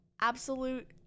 absolute